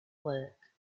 work